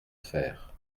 faire